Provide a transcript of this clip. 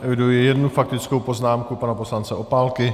Eviduji jednu faktickou poznámku pana poslance Opálky.